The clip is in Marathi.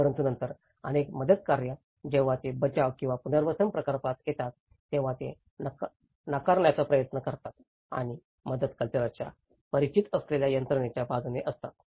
परंतु नंतर अनेक मदतकार्य जेव्हा ते बचाव किंवा पुनर्वसन प्रकल्पात येतात तेव्हा ते नाकारण्याचा प्रयत्न करतात आणि मदत कल्चरच्या परिचित असलेल्या यंत्रणेच्या बाजूने असतात